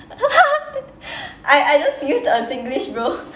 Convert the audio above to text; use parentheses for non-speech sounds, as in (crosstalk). (laughs) I I just used a singlish bro